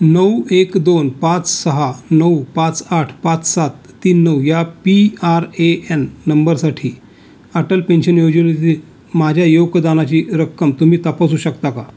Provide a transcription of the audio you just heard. नऊ एक दोन पाच सहा नऊ पाच आठ पाच सात तीन नऊ या पी आर ए एन नंबरसाठी अटल पेन्शन योजनेतील माझ्या योगदानाची रक्कम तुम्ही तपासू शकता का